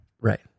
Right